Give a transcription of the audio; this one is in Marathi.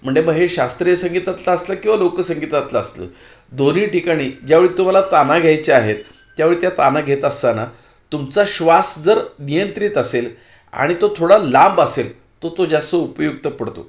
म्हणजे मग हे शास्त्रीय संगीतातलं असलं किंवा लोकसंगीतातलं असलं दोन्ही ठिकाणी ज्यावेळी तुम्हाला ताना घ्यायच्या आहेत त्यावेळी त्या ताना घेत असताना तुमचा श्वास जर नियंत्रित असेल आणि तो थोडा लांब असेल तो तो जास्त उपयुक्त पडतो